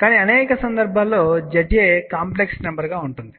కానీ అనేక సందర్భాల్లో ZA కాంప్లెక్స్ నెంబర్ గా ఉంటుంది